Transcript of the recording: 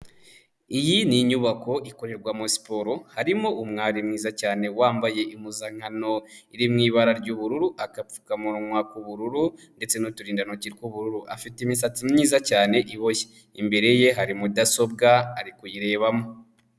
Iyi ni inyubako ikorerwamo siporo harimo umwari mwiza cyane wambaye impuzankano iri mu ibara ry'ubururu, agapfukamunwa k'ubururu ndetse n'uturindantoki tw'ubururu, afite imisatsi myiza cyane iboshye imbere ye hari mudasobwa arikuyirebamo.